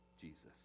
Jesus